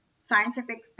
Scientific